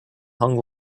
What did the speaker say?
hung